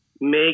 make